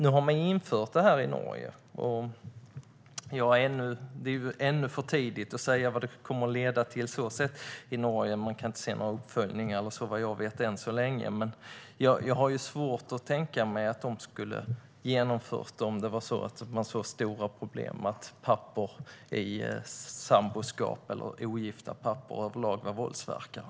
Nu har Norge infört automatisk gemensam vårdnad vid barnets födelse. Det är ännu för tidigt att säga vad det kommer att leda till. Det har inte skett någon uppföljning, vad jag vet, än så länge. Men jag har svårt att tänka mig att de skulle ha infört det om de såg så stora problem med att pappor i samboskap eller ogifta pappor överlag var våldsverkare.